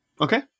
Okay